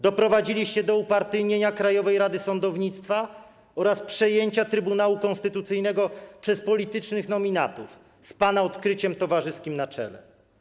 Doprowadziliście do upartyjnienia Krajowej Rady Sądownictwa oraz przejęcia Trybunału Konstytucyjnego przez politycznych nominatów, z pana odkryciem towarzyskim na czele.